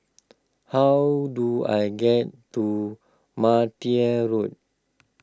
how do I get to Martia Road